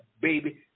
baby